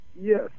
Yes